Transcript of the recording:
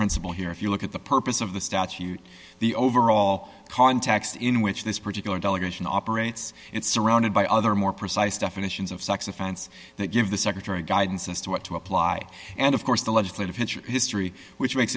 principle here if you look at the purpose of the statute the overall context in which this particular delegation operates it's surrounded by other more precise definitions of sex offense that give the secretary guidance as to what to apply and of course the legislative history which makes